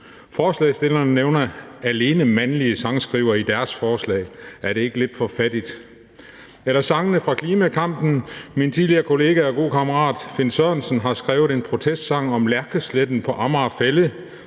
forslagsstillerne nævner alene mandlige sangskrivere i deres forslag; er det ikke lidt for fattigt? Eller sangene fra klimakampen. Min tidligere kollega og gode kammerat, Finn Sørensen, har skrevet en protestsang om Lærkesletten på Amager Fælled,